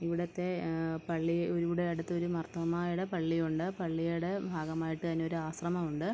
ഇവിടുത്തെ പള്ളി ഇവിടെ അടുത്തൊരു പള്ളി മാർത്തോമയുടെ പള്ളിയുണ്ട് പള്ളിയുടെ ഭാഗമായിട്ട് തന്നെ ഒരു ആശ്രമം ഉണ്ട്